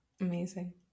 Amazing